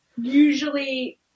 usually